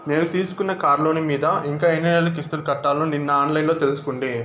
నేను తీసుకున్న కార్లోను మీద ఇంకా ఎన్ని నెలలు కిస్తులు కట్టాల్నో నిన్న ఆన్లైన్లో తెలుసుకుంటి